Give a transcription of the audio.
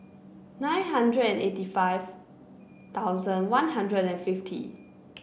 nine hundred and eighty five thousand One Hundred and fifty